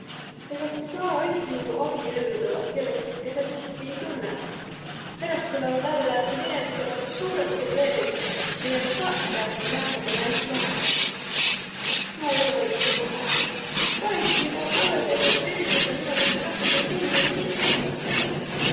Egaq saa saa ei jo abielludaq kellegagi, kedä sa esiki ei tunnõq. Peräst tulõ vällä, et tuul inemisel ommaq suurõq probleemiq, midä saq piät nüüd nakkama lah- lahendama. Tuu olõ-õi sullõ hää. Parõmb sis joba olõq näidega veidükese niimuudu, et sa nakkat näid tundma ja sis allõs abiellut.